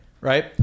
right